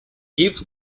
gives